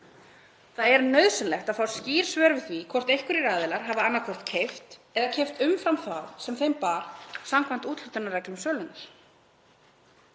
Það er nauðsynlegt að fá skýr svör við því hvort einhverjir aðilar hafi annaðhvort keypt eða keypt umfram það sem þeim bar samkvæmt úthlutunarreglum sölunnar.